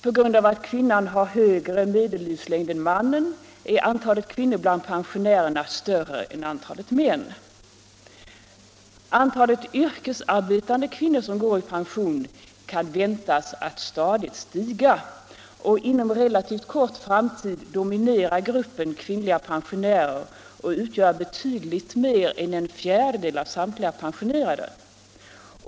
På grund av att kvinnan har högre medellivslängd än mannen är antalet kvinnor bland pensionärerna större än antalet män. Antalet yrkesarbetande kvinnor, som går i pension, kan väntas stadigt stiga och inom en relativt kort framtid dominera gruppen kvinnliga pensionärer och utgöra betydligt mer än en fjärdedel av samtliga pensionerade.